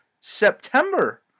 September